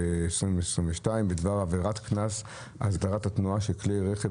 התשפ"ב-2022 בדבר עבירת קנס הסדרת התנועה של כלי רכב